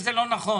זה נכון